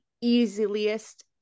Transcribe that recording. easiest